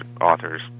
authors